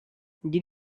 did